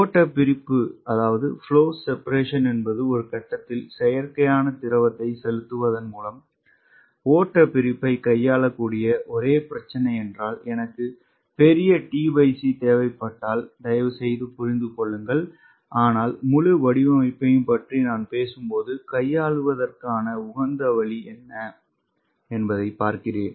ஓட்டப் பிரிப்பு என்பது ஒரு கட்டத்தில் செயற்கையாக திரவத்தை செலுத்துவதன் மூலம் ஓட்டப் பிரிப்பைக் கையாளக்கூடிய ஒரே பிரச்சினை என்றால் எனக்கு பெரிய tc தேவைப்பட்டால் தயவுசெய்து புரிந்து கொள்ளுங்கள் ஆனால் முழு வடிவமைப்பையும் பற்றி நான் பேசும்போது கையாளுவதற்கான உகந்த வழி என்ன என்பதைப் பார்க்கிறேன்